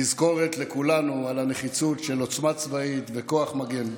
תזכורת לכולנו על הנחיצות של עוצמה צבאית וכוח מגן.